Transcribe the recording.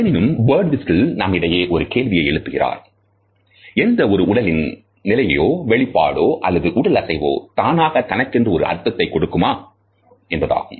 எனினும் பர்டுவிஸ்டல் நம்மிடையே ஒரு கேள்வியை எழுப்புகிறார் " எந்த ஒரு உடலின் நிலையோ வெளிப்பாடோ அல்லது உடல் அசைவோ தானாக தனக்கென்று ஒரு அர்த்தத்தை கொடுக்குமா" என்பதாகும்